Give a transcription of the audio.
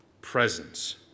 presence